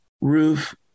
roof